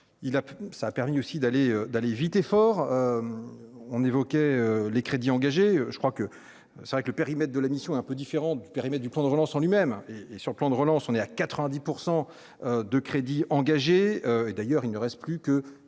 ça a permis aussi d'aller, d'aller vite et fort, on évoquait les crédits engagés, je crois que c'est vrai que le périmètre de la mission un peu différente du périmètre du plan de relance en lui-même et sur le plan de relance, on est à 90 pour 100 de crédits engagés et d'ailleurs, il ne reste plus que